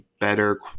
better